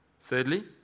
Thirdly